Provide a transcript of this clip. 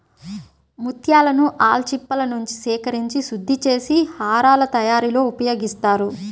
ముత్యాలను ఆల్చిప్పలనుంచి సేకరించి శుద్ధి చేసి హారాల తయారీలో ఉపయోగిస్తారు